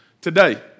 Today